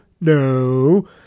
No